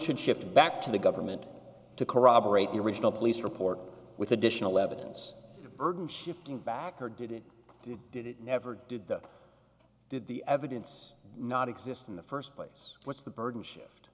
should shift back to the government to corroborate the original police report with additional evidence burden shifting back or did it did it never did that did the evidence not exist in the first place what's the burden shift